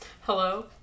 Hello